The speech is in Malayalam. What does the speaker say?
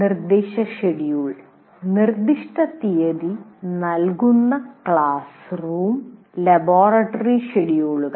നിർദ്ദേശ ഷെഡ്യൂൾ നിർദ്ദിഷ്ട തീയതി നൽകുന്ന ക്ലാസ് റൂം ലബോറട്ടറി ഷെഡ്യൂളുകൾ